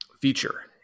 feature